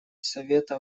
совета